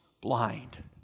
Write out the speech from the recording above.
blind